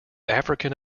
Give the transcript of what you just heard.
african